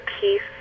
peace